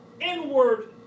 inward